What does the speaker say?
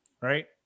right